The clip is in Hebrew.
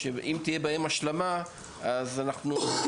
שאם תהיה בהם השלמה אז אנחנו נהיה